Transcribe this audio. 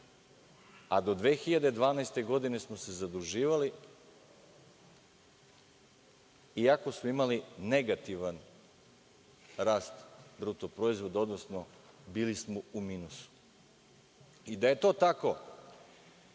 a do 2012. godine smo se zaduživali iako smo imali negativan rast bruto proizvoda, odnosno bili smo u minusu. I da je to tako